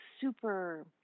super